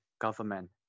government